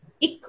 ik